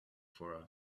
for